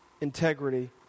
integrity